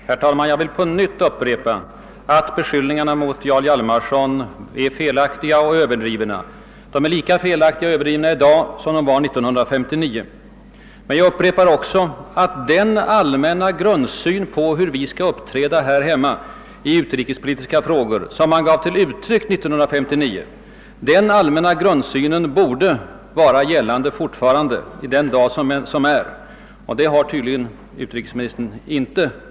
Herr talman! Jag vill upprepa att beskyllningarna mot Jarl Hjalmarson är lika felaktiga och överdrivna i dag som de var 1959. Jag upprepar också att den allmänna grundsynen på hur vi skall uppträda här hemma i utrikespolitiska frågor, den grundsyn som regeringen gav uttryck för 1959, borde vara gällande också den dag som i dag är. Men den uppfattningen har tydligen inte utrikesministern.